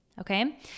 okay